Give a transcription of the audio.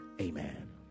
Amen